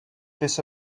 this